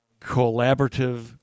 collaborative